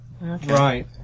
Right